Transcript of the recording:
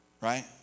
right